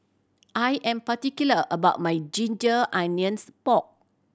I am particular about my ginger onions pork